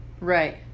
Right